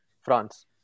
France